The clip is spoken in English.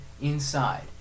inside